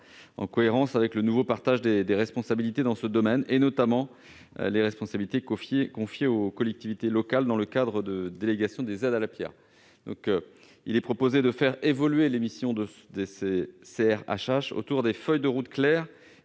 en cohérence avec le nouveau partage des responsabilités dans ce domaine, notamment celles confiées aux collectivités locales au titre de la délégation des aides à la pierre. Il est proposé de faire évoluer les missions des CRHH autour de feuilles de route claires